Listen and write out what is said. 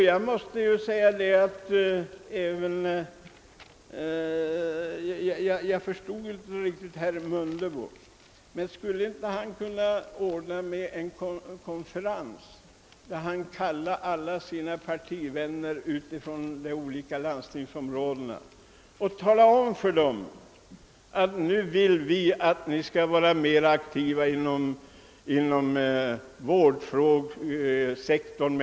Jag förstod inte riktigt vad herr Mundebo här menade, men jag vill fråga, om han inte skulle kunna ordna en konferens med alla sina partivänner från de olika landstingsområdena och tala om för dem att de måste vara mera aktiva inom vårdsektorn.